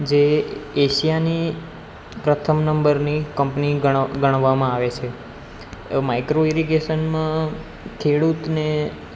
જે એશિયાની પ્રથમ નંબરની કંપની ગણવા ગણવામાં આવે છે માઈક્રોઇરીગેશનમાં ખેડૂતને